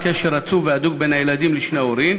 קשר רצוף והדוק בין הילדים לשני ההורים